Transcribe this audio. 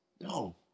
No